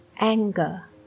Anger